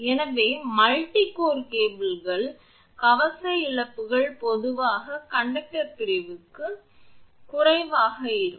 எனவே multi core கேபிள்களில் கவசம் இழப்புகள் பொதுவாக கண்டக்டர் பிரிவுக்கு குறைவாக இருக்கும்